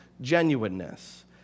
genuineness